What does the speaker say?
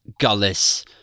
gullis